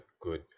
good